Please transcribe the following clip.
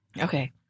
Okay